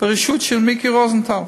בראשות מיקי רוזנטל.